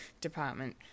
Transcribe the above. department